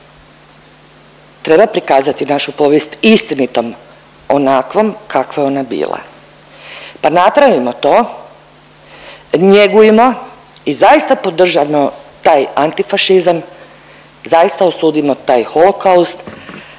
Treba prikazati našu povijest istinitom, onakvom kakva je ona bila, pa napravimo to, njegujmo i zaista podržajmo taj antifašizam, zaista osudimo taj Holokaust,